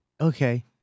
Okay